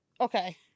Okay